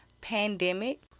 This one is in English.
pandemic